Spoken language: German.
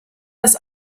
das